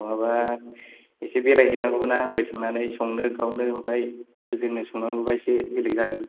बहाबा एसे बेरायहैनांगौबोना हरै थांनानै संदो खावदो ओमफ्राय जोंनो संनांगौबा एसे बेलेग जागोन